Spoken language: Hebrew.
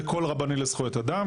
זה קול רבני לזכויות אדם,